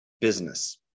business